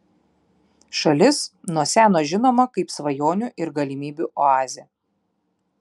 šalis nuo seno žinoma kaip svajonių ir galimybių oazė